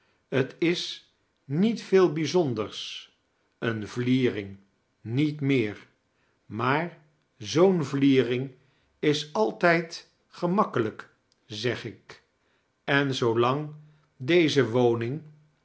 t is niet veel bijzonders een vliering niet meer maar zoo'n vliering is altijd gemakkelijk zeg ik en zoolang deze woning